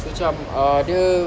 so macam ah dia